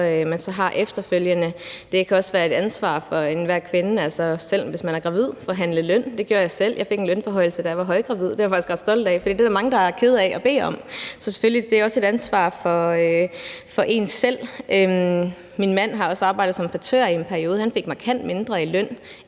Det kan også være et ansvar for enhver kvinde, selv hvis man er gravid, at forhandle løn. Det gjorde jeg selv, og jeg fik en lønforhøjelse, da jeg var højgravid, og det er jeg faktisk ret stolt af, for det er der mange der er kede af at bede om. Så det er selvfølgelig også et ansvar for en selv. Min mand har også arbejdet som portør i en periode, og han fik markant mindre i løn,